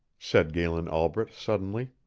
said galen albret, suddenly.